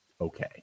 okay